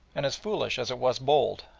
and as foolish as it was bold,